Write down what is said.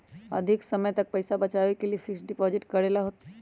अधिक समय तक पईसा बचाव के लिए फिक्स डिपॉजिट करेला होयई?